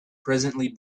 presently